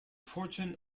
fortune